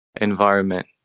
environment